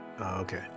Okay